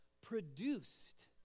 Produced